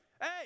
hey